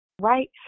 right